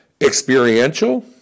experiential